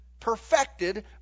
Perfected